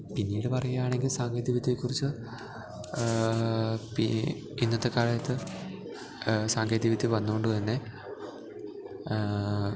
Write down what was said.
പിന്നീട് പറയുവാണെങ്കില് സാങ്കേതികവിദ്യയെ കുറിച്ച് പി ഇന്നത്തെക്കാലത്ത് സാങ്കേതികവിദ്യ വന്നുകൊണ്ട് തന്നെ